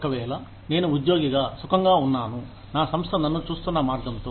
ఒక వేళ నేను ఉద్యోగిగా సుఖంగా ఉన్నాను నా సంస్థ నన్ను చూస్తున్న మార్గంతో